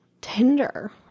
tinder